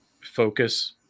focus